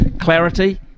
clarity